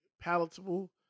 palatable